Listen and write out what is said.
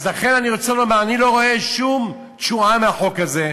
אז לכן אני רוצה לומר: אני לא רואה שום תשועה מהחוק הזה.